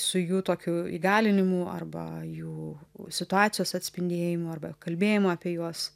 su jų tokiu įgalinimu arba jų situacijos atspindėjimu arba kalbėjimu apie juos